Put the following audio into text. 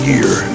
year